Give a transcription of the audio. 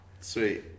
Sweet